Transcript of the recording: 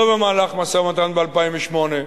לא במהלך המשא-ומתן ב-2008.